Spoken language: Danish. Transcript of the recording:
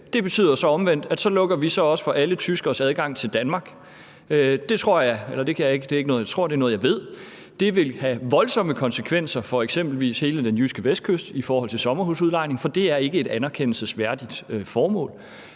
Det betyder omvendt, at vi så også lukker for alle tyskeres adgang til Danmark. Det tror jeg – eller det er ikke noget, jeg tror, det er noget, jeg ved – vil have voldsomme konsekvenser for eksempelvis hele den jyske vestkyst i forhold til sommerhusudlejning, for det er ikke et anerkendelsesværdigt formål.